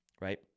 right